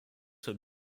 have